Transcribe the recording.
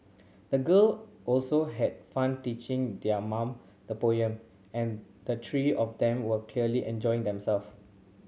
the girl also had fun teaching their mum the poem and the three of them were clearly enjoying themself